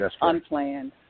unplanned